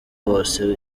bose